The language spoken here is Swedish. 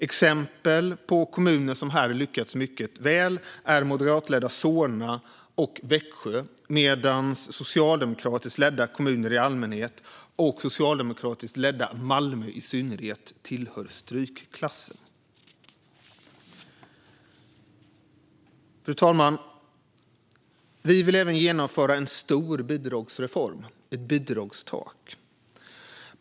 Exempel på kommuner som här har lyckats mycket väl är moderatledda Solna och Växjö, medan socialdemokratiskt ledda kommuner i allmänhet och socialdemokratiskt ledda Malmö i synnerhet tillhör strykklassen. Fru talman! Vi vill även genomföra en stor bidragsreform - ett bidragstak.